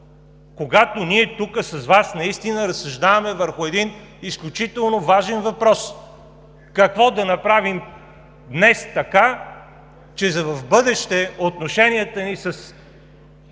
Когато ние тук с Вас наистина разсъждаваме върху един изключително важен въпрос: какво да направим днес така, че в бъдеще отношенията ни с